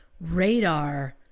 Radar